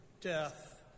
Death